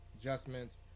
Adjustments